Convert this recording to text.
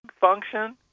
function